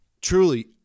truly